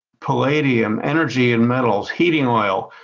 palladium, energy and metals, heating oil,